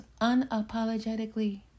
unapologetically